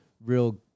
real